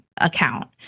account